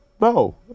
No